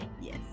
yes